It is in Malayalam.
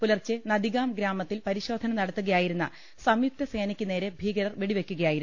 പുലർച്ചെ നദിഗാം ഗ്രാമത്തിൽ പരിശോധന നടത്തുകയായിരുന്ന സംയുക്തസേനയ്ക്കുനേരെ ഭീകരർ വെടിവെയ്ക്കുകയായിരുന്നു